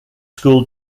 school